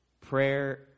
Prayer